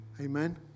Amen